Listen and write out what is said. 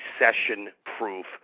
recession-proof